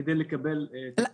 כדי לקבל סכום כזה.